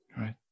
right